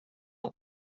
ans